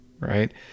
right